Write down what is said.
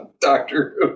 Doctor